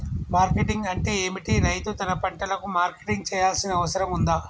Marketing అంటే ఏమిటి? రైతు తన పంటలకు మార్కెటింగ్ చేయాల్సిన అవసరం ఉందా?